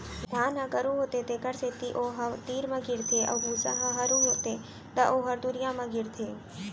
धान ह गरू होथे तेखर सेती ओ ह तीर म गिरथे अउ भूसा ह हरू होथे त ओ ह दुरिहा म गिरथे